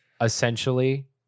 essentially